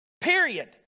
Period